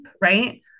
right